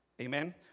Amen